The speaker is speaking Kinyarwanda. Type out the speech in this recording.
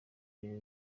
rurimi